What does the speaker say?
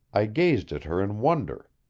i gazed at her in wonder.